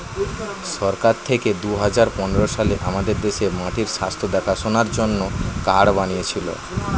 সরকার থেকে দুহাজার পনেরো সালে আমাদের দেশে মাটির স্বাস্থ্য দেখাশোনার জন্যে কার্ড বানিয়েছিলো